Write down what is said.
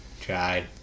Tried